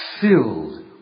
filled